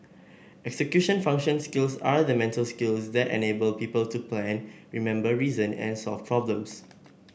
execution function skills are the mental skills that enable people to plan remember reason and solve problems